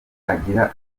agira